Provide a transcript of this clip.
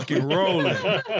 rolling